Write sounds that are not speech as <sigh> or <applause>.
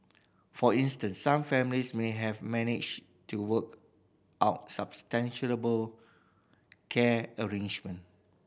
for instance some families may have managed to work out <unintelligible> care arrangement